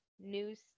news